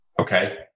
Okay